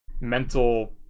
Mental